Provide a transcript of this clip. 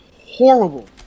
horrible